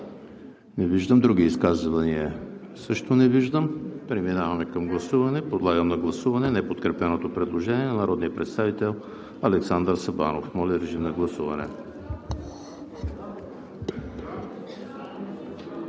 Не виждам. Други изказвания? Също не виждам. Преминаваме към гласуване. Подлагам на гласуване неподкрепеното предложение на народния представител Александър Сабанов. Гласували